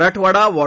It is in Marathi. मराठवाडा वॉ